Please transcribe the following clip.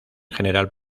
general